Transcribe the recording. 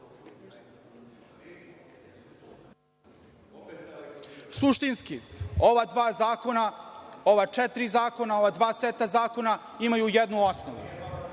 Suštinski, ova dva zakona, ova četiri zakona, ova dva seta zakona imaju jednu osnovu.